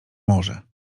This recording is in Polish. może